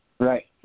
Right